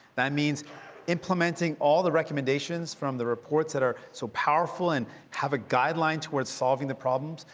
that means implementing all the recommendations from the reports that are so powerful and have a guideline toward solving the problems.